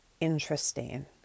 interesting